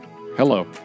Hello